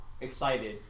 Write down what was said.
excited